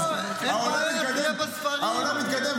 העולם מתקדם,